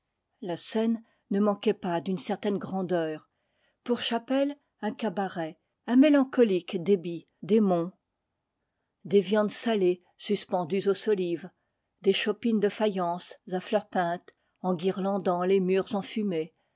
la scène ne manquait pas d'une certaine grandeur pour chapelle un cabaret un mélancolique débit des monts des viandes salées suspendues aux solives des chopines de faïence à fleurs peintes enguirlandant les murs